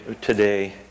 today